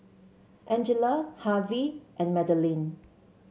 Angella Harvey and Madaline